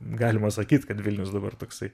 galima sakyt kad vilnius dabar toksai